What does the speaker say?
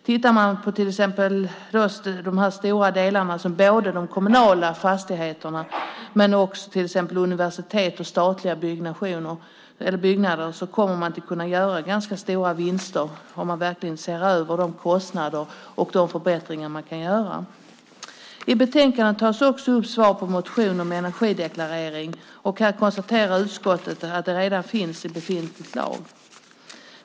Tittar man till exempel på de stora delarna som de kommunala fastigheterna men också universitet och statliga byggnader kommer man att kunna göra ganska stora vinster om man verkligen ser över kostnaderna och de förbättringar som man kan göra. I betänkandet behandlas också en motion om energideklarering, och utskottet konstaterar att det redan finns i befintlig lag.